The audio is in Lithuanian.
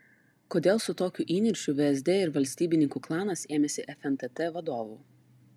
kodėl su tokiu įniršiu vsd ir valstybininkų klanas ėmėsi fntt vadovų